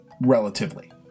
relatively